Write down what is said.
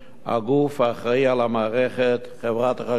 הגוף האחראי למערכת, חברת החשמל